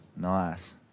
Nice